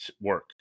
work